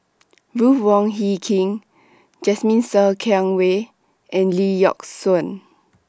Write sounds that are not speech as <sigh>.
<noise> Ruth Wong Hie King Jasmine Ser <unintelligible> Wei and Lee Yock Suan